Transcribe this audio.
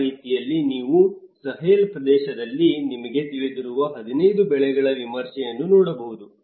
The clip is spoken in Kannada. ಆ ರೀತಿಯಲ್ಲಿ ನೀವು ಸಹೇಲ್ ಪ್ರದೇಶದಲ್ಲಿ ನಿಮಗೆ ತಿಳಿದಿರುವ 15 ಬೆಳೆಗಳ ವಿಮರ್ಶೆಯನ್ನು ನೋಡಬಹುದು